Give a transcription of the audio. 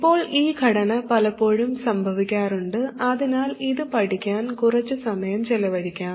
ഇപ്പോൾ ഈ ഘടന പലപ്പോഴും സംഭവിക്കാറുണ്ട് അതിനാൽ ഇത് പഠിക്കാൻ കുറച്ച് സമയം ചെലവഴിക്കാം